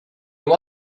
you